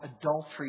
adultery